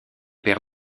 pair